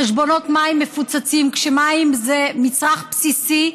חשבונות מים מפוצצים, כשמים זה מצרך בסיסי,